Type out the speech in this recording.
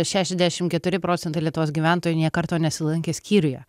šešiasdešim keturi procentai lietuvos gyventojų nė karto nesilankė skyriuje